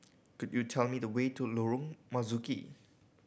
could you tell me the way to Lorong Marzuki